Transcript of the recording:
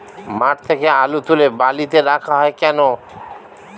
মাঠ থেকে আলু তুলে বালিতে রাখা হয় কেন?